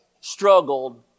struggled